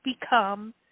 become